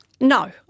No